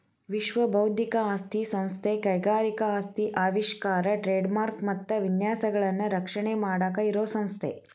ವಿಶ್ವ ಬೌದ್ಧಿಕ ಆಸ್ತಿ ಸಂಸ್ಥೆ ಕೈಗಾರಿಕಾ ಆಸ್ತಿ ಆವಿಷ್ಕಾರ ಟ್ರೇಡ್ ಮಾರ್ಕ ಮತ್ತ ವಿನ್ಯಾಸಗಳನ್ನ ರಕ್ಷಣೆ ಮಾಡಾಕ ಇರೋ ಸಂಸ್ಥೆ